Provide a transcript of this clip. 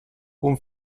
con